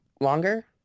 longer